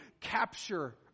capture